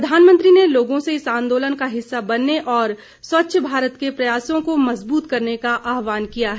प्रधानमंत्री ने लोगों से इस आंदोलन का हिस्सा बनने और स्वच्छ भारत के प्रयासों को मजबूत करने का आह्वान किया है